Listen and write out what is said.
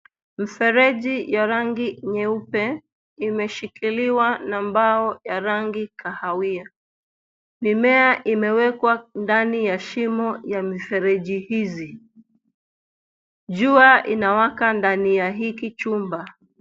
Mfereji ya rangi nyeupe imeshikiliwa na mbao ya rangi kahawia. Mimea imewekwa ndani ya shimo ya mifereji hizi. Jua inawaka ndani ya hiki chumba.